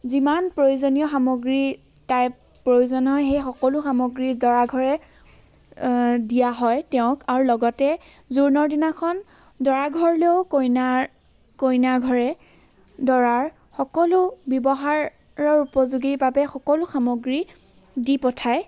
যিমান প্ৰয়োজনীয় সামগ্ৰী তাইৰ প্ৰয়োজনৰ সেই সকলো সামগ্ৰী দৰা ঘৰে দিয়া হয় তেওঁক আৰু লগতে জোৰোণৰ দিনাখন দৰা ঘৰলৈয়ো কইনাৰ কইনা ঘৰে দৰাৰ সকলো ব্যৱহাৰৰ উপযোগীৰ বাবে সকলো সামগ্ৰী দি পঠায়